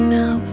now